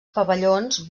pavellons